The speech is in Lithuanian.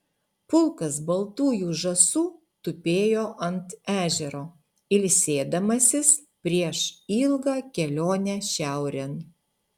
pulkas baltųjų žąsų tupėjo ant ežero ilsėdamasis prieš ilgą kelionę šiaurėn